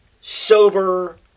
sober